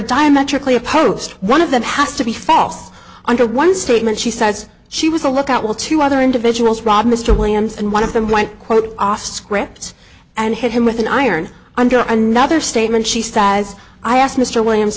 diametrically opposed one of them has to be false under one statement she says she was a lookout while two other individuals robbed mr williams and one of them went quote off script and hit him with an iron under another statement she says i asked mr williams